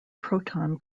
proton